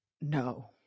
no